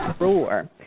roar